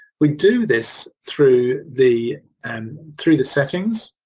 we do this through the and through the settings.